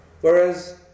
Whereas